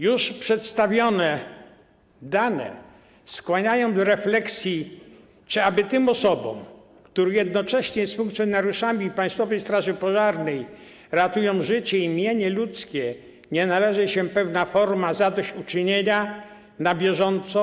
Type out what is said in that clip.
Już przedstawione dane skłaniają do refleksji, czy aby tym osobom, które jednocześnie z funkcjonariuszami Państwowej Straży Pożarnej ratują życie i mienie ludzkie, nie należy się pewna forma zadośćuczynienia na bieżąco.